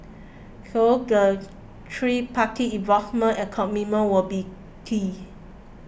so the tripartite involvement and commitment will be key